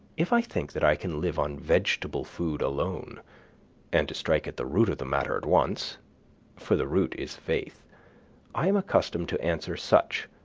if i think that i can live on vegetable food alone and to strike at the root of the matter at once for the root is faith i am accustomed to answer such,